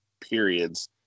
periods